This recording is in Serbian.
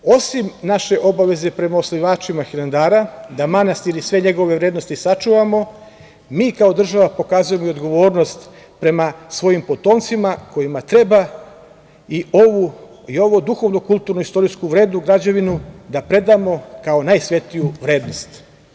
Osim naše obaveze prema osnivačima Hilandara, da manastir i sve njegove vrednosti sačuvamo, mi kao država pokazujemo i odgovornost prema svojim potomcima, kojima treba i ovu duhovno-kulturnu i istorijsku vrednu građevinu da predamo kao najsvetiju vrednost.